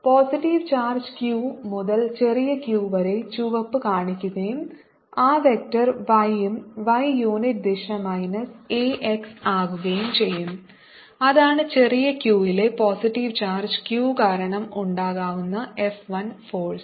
positive charge Q മുതൽ ചെറിയ q വരെ ചുവപ്പ് കാണിക്കുകയും ആ വെക്റ്റർ y ഉം y യൂണിറ്റ് ദിശ മൈനസ് a x ആകുകയും ചെയ്യും അതാണ് ചെറിയ q യിലെ പോസിറ്റീവ് ചാർജ് Q കാരണം ഉണ്ടാകാവുന്ന F 1 ഫോഴ്സ്